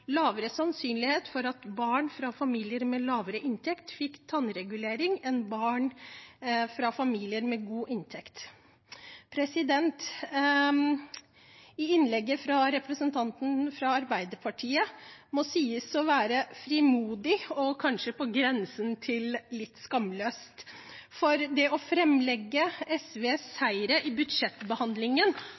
lavere sannsynlighet for at barn fra familier med lavere inntekt fikk tannregulering enn barn fra familier med god inntekt. Innlegget fra representanten fra Arbeiderpartiet må sies å være frimodig og kanskje på grensen til litt skamløst, for det å legge fram SVs seire i budsjettbehandlingen